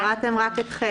קראתם רק את (ח).